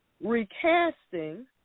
recasting